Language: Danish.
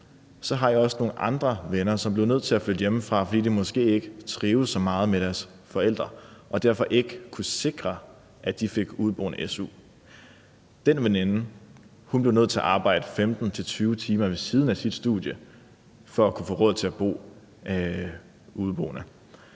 nogle andre venner, som blev nødt til at flytte hjemmefra, fordi de måske ikke trivedes så meget med deres forældre og derfor ikke kunne sikre, at de fik udeboende su. Den veninde blev nødt til at arbejde 15-20 timer ved siden af sit studie for at kunne få råd til at være udeboende.